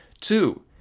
Two